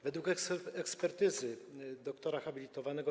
Według ekspertyzy dr hab.